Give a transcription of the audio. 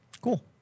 Cool